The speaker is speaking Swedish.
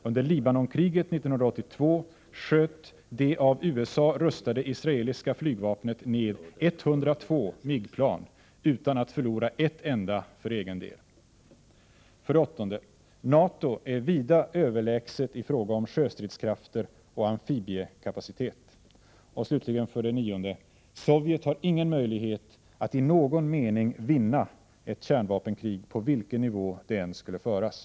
Under Libanonkriget 1982 sköt det av USA rustade israeliska flygvapnet ned 102 MIG-plan utan att förlora ett enda för egen del. 8. NATO är vida överlägset i fråga om sjöstridskrafter och amfibiekapacitet. 9. Sovjet har ingen möjlighet att i någon mening ”vinna” ett kärnvapenkrig på vilken nivå det än skulle föras.